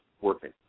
working